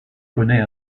connaît